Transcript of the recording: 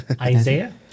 Isaiah